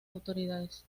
autoridades